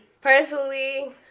personally